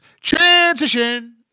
transition